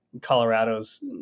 Colorado's